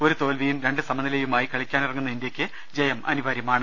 ഒരു തോൽവിയും രണ്ട് സമ നിലയുമായി കളിക്കാനിറങ്ങുന്ന ഇന്ത്യയ്ക്ക് ജയം അനിവാര്യമാണ്